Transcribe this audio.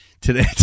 today